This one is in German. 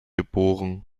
geboren